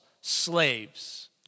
slaves